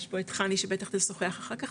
יש פה את חני שבטח תשוחח אחר כך,